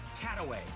Cataway